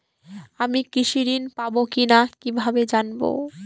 আমি কৃষি ঋণ পাবো কি না কিভাবে জানবো?